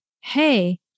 hey